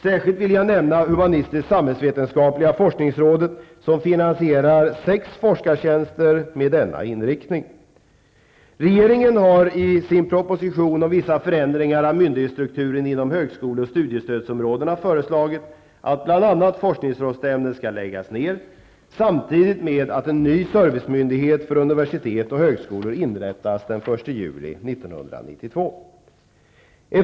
Särskilt vill jag nämna humanistisksamhällsvetenskapliga forskningsrådet, som finansierar sex forskartjänster med denna inriktning. föreslagit att bl.a. forskningsrådsnämnden skall läggas ned samtidigt med att en ny servicemyndighet för universitet och högskolor inrättas den 1 juli 1992.